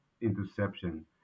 interception